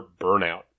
Burnout